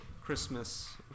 Christmas